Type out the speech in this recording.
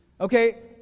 Okay